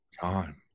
time